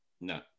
No